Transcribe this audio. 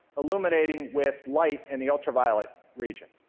illuminating with light in the ultraviolet region.